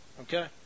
Okay